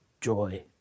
joy